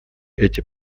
эти